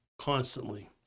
constantly